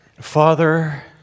Father